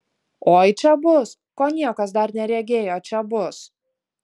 oi čia bus ko niekas dar neregėjo čia bus